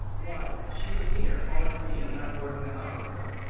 why, she was here, callin' for you, not more'n an hour ago.